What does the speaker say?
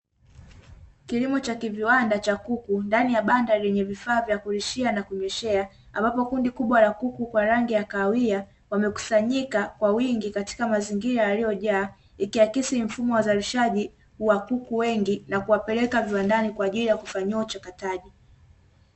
Kilimo cha kiviwanda cha kuku ndani ya banda lenye vifaa vya kulishia na kunyweshea, ambapo kundi kubwa la kuku kwa rangi ya kahawia, wamekusanyika kwa wingi katika mazingira yaliyojaa, ikiakisi mfumo wa uzalishaji wa kuku wengi, na kuwapeleka viwandani kwa ajili ya kufanyiwa uchakataji.